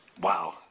Wow